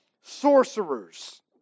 sorcerers